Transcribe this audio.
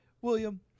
William